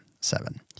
seven